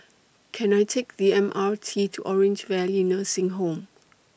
Can I Take The M R T to Orange Valley Nursing Home